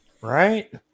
right